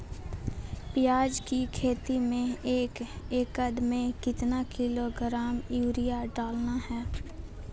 प्याज की खेती में एक एकद में कितना किलोग्राम यूरिया डालना है?